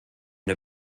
der